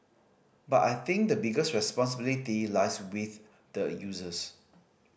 but I think the biggest responsibility lies with the users